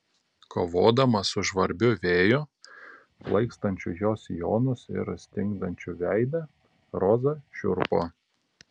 kovodama su žvarbiu vėju plaikstančiu jos sijonus ir stingdančiu veidą roza šiurpo